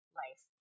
life